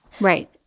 right